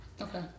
okay